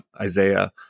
Isaiah